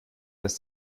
das